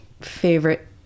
favorite